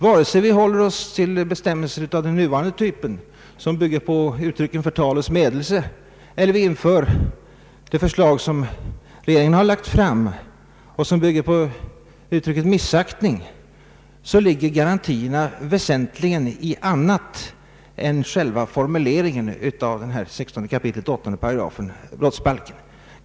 Vare sig vi håller oss till bestämmelser av den nuvarande typen som bygger på uttrycket ”förtal eller smädelse” eller vi inför det förslag som regeringen har lagt fram och som bygger på uttrycket ”missaktning”, så ligger garantierna väsentligen i annat än själva formuleringen av 16 kap. 8 § brottsbalken.